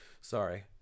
Sorry